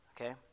Okay